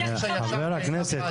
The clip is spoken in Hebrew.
איש הישר בעיניו יעשה.